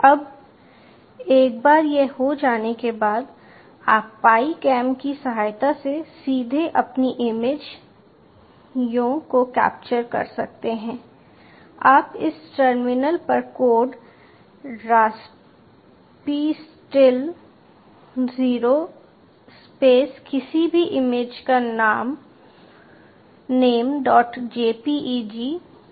अब एक बार यह हो जाने के बाद आप पाई कैम की सहायता से सीधे अपनी इमेज यों को कैप्चर कर सकते हैं आप इस टर्मिनल पर कोड raspistill o स्पेस किसी भी इमेज का namejpeg की विशेष लाइन लिखेंगे